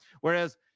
Whereas